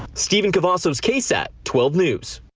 steven cavazos ksat twelve news.